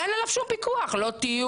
כשהתחילו לחוקק את חוק הפיקוח ואת חוק